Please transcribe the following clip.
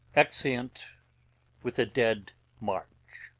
exeunt with a dead march.